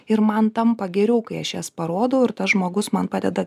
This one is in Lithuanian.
ir man tampa geriau kai aš jas parodau ir tas žmogus man padeda